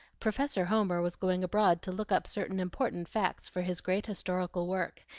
professor homer was going abroad to look up certain important facts for his great historical work,